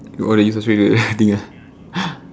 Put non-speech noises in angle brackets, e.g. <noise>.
why you subscribe that thing ah <breath>